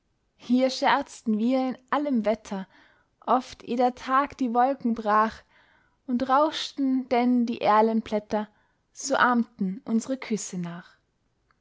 hier scherzten wir in allem wetter oft eh der tag die wolken brach und rauschten denn die erlenblätter so ahmten unsre küsse nach